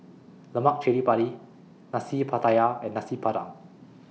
Lemak Cili Padi Nasi Pattaya and Nasi Padang